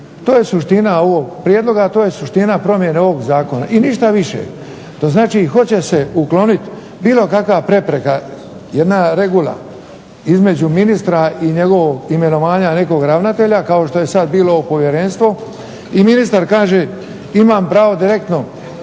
To je suština ovog prijedloga, to je suština promjene ovog zakona i ništa više. To znači hoće se ukloniti bilo kakva prepreka jedna regula između ministra i njegovog imenovanja nekog ravnatelja kao što je sada bilo povjerenstvo. I ministar kaže imam pravo direktno